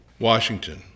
Washington